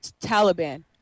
Taliban